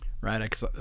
Right